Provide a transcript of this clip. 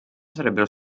sarebbero